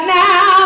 now